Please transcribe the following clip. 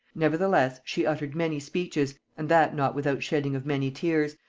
nevertheless, she uttered many speeches, and that not without shedding of many tears,